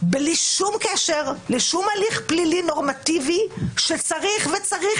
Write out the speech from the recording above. בלי שום קשר לשום הליך פלילי נורמטיבי שצריך וצריך